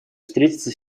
встретиться